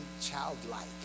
childlike